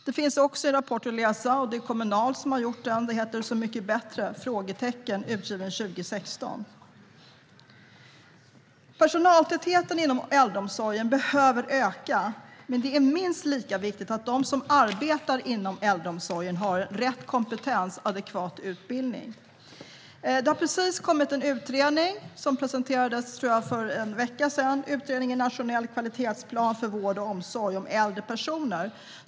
Det finns också en rapport att läsa - Så mycket bättre? - som kom från Kommunal 2016. Personaltätheten inom äldreomsorgen behöver öka, men det är minst lika viktigt att de som arbetar inom äldreomsorgen har rätt kompetens och adekvat utbildning. Det har precis kommit en utredning - den presenterades för en vecka sedan - Läs mig! Nationell kvalitetsplan för vård och omsorg om äldre personer .